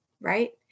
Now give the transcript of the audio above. right